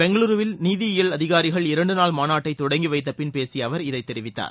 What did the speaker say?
பெங்களுருவில் நீதியியல் அதிகாரிகள் இரண்டு நாள் மாநாட்டை தொடங்கி வைத்தப்பின் பேசிய அவர் இதைத் தெரிவித்தார்